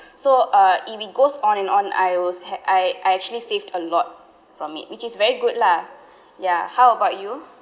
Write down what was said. so uh it goes on and on I was had I I actually saved a lot from it which is very good lah how about you